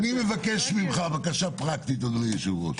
בקשה פרקטית, אדוני היושב-ראש.